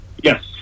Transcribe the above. yes